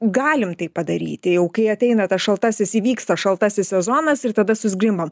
galim tai padaryti jau kai ateina tas šaltasis įvyksta šaltasis sezonas ir tada susizgrimbam